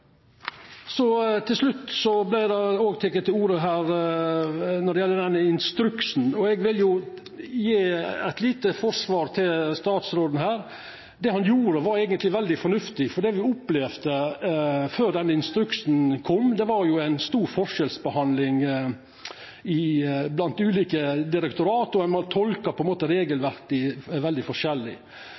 Til slutt: Når det gjeld denne instruksen, vil eg forsvara statsråden litt. Det han gjorde, var eigentleg veldig fornuftig, for det me opplevde før den instruksen kom, var jo ein stor forskjellsbehandling blant ulike direktorat fordi ein tolka regelverket veldig forskjellig. Eg vil gje eit godt eksempel på kor galt dette eigentleg var, før statsråden sette foten ned her: Ein